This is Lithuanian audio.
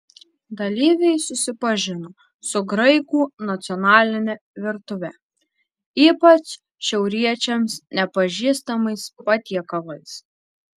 dalyviai susipažino su graikų nacionaline virtuve ypač šiauriečiams nepažįstamais patiekalais